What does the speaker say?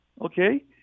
Okay